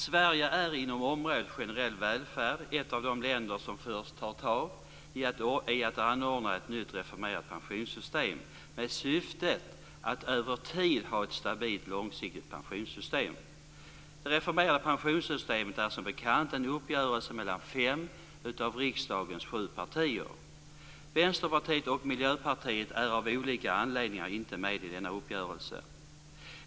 Sverige är inom området generell välfärd ett av de länder som först tar tag i att ordna ett nytt reformerat pensionssystem. Syftet är att över tiden ha ett stabilt och långsiktigt pensionssystem. Det reformerade pensionssystemet är som bekant en uppgörelse mellan fem av riksdagens sju partier. Vänsterpartiet och Miljöpartiet är av olika anledningar inte med i denna uppgörelse.